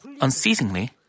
unceasingly